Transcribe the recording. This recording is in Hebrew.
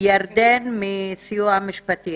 ירדן מסיוע משפטי.